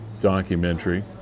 documentary